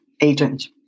agent